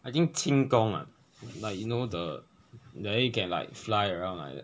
I think 轻功 ah like you know the then you can like fly around like that